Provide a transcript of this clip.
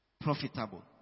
profitable